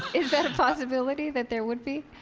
is that a possibility that there would be?